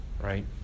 Right